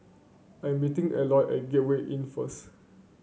I'm meeting Eloy at Gateway Inn first